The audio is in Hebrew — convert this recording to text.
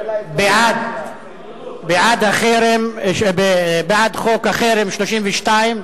בעד חוק החרם, 32,